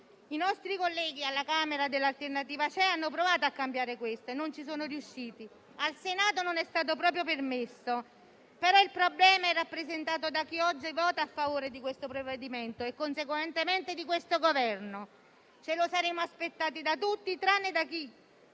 I nostri colleghi alla Camera di Alternativa c'è hanno provato a cambiare queste norme e non ci sono riusciti. Al Senato non è stato proprio permesso, ma il problema è rappresentato da chi oggi vota a favore di questo provvedimento e, conseguentemente, di questo Governo: ce lo saremmo aspettati da tutti, tranne che